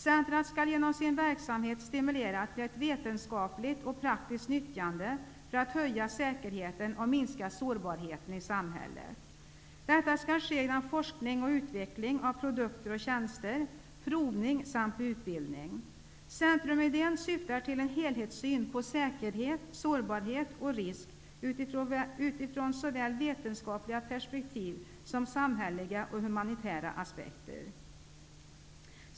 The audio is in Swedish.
Centret skall genom sin verksamhet stimulera till ett vetenskapligt och praktiskt nyttjande för att öka säkerheten och minska sårbarheten i samhället. Detta skall ske genom forskning och utveckling av produkter och tjänster, provning samt utbildning. Centrumidén syftar till en helhetssyn på säkerhet, sårbarhet och risk utifrån såväl vetenskapliga perspektiv som samhälleliga och humanitära aspekter.